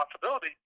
possibility